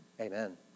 Amen